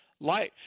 life